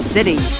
City